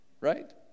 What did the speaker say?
Right